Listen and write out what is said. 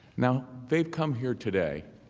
now, they have come here today,